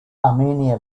armenia